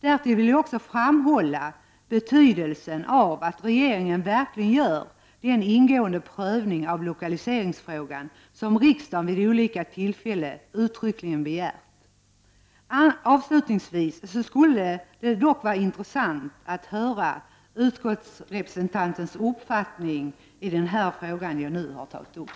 Därtill vill jag också framhålla betydelsen av att regeringen verkligen gör den ingående prövning av lokaliseringsfrågan som riksdagen vid olika tillfällen uttryckligen begärt. Avslutningsvis skulle det vara intressant att höra utskottsrepresentantens uppfattning i den fråga som jag nu har tagit upp.